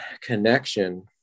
connection